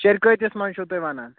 شیٚرِکٲتِس منٛز چھُو تُہۍ وَنان